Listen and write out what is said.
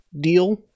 deal